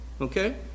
Okay